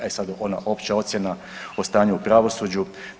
E sad ona opća ocjena o stanju u pravosuđu.